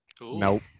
Nope